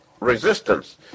resistance